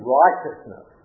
righteousness